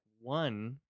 One